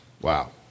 Wow